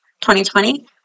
2020